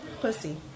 pussy